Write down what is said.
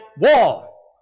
wall